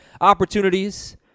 opportunities